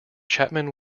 chapman